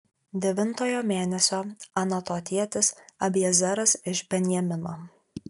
devintojo mėnesio anatotietis abiezeras iš benjamino